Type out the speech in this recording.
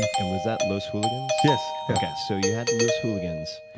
and and was that los hooligans? yes. okay. so you had los hooligans,